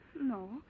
No